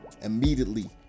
immediately